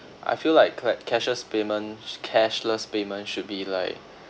I feel like clap cashless payment cashless payment should be like